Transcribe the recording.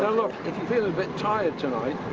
ah look, if you feel a bit tired tonight,